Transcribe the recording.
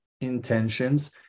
intentions